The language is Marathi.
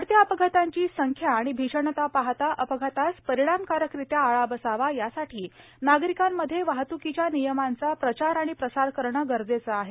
वाढत्या अपघातांची संख्या आणि भीषणता पाहता अपघातांस परिणामकारकरित्या आळा बसावा यासाठी नागरिकांमध्ये वाहतुकीच्या नियमांचा प्रचार आणि प्रसार करणे गरजेचे आहे